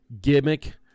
gimmick